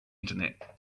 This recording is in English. internet